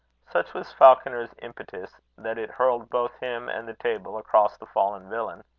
such was falconer's impetus, that it hurled both him and the table across the fallen villain.